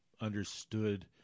understood